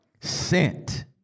Sent